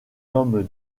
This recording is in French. homme